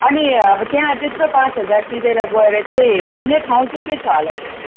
अनि अब त्यहाँ त्यत्रो पाँच हजार तिरेर गएर चाहिँ हेर्ने ठाउँ चाहिँ के छ होला त्यसमा